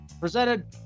presented